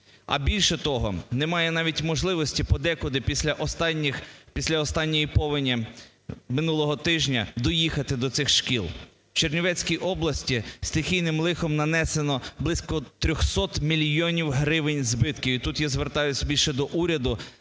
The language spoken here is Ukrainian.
А більше того, немає навіть можливості подекуди після останніх, після останньої повені минулого тижня доїхати до цих шкіл. В Чернівецькій області стихійним лихом нанесено близько 300 мільйонів гривень збитків. І тут я звертаюся більше до уряду